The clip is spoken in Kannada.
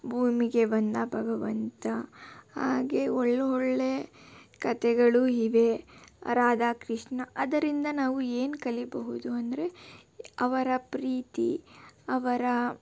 ಭೂಮಿಗೆ ಬಂದ ಭಗವಂತ ಹಾಗೆ ಒಳ್ಳೆಯ ಒಳ್ಳೆ ಕಥೆಗಳು ಇವೆ ರಾಧಾ ಕೃಷ್ಣ ಅದರಿಂದ ನಾವು ಏನು ಕಲಿಯಬಹುದು ಅಂದರೆ ಅವರ ಪ್ರೀತಿ ಅವರ